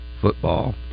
football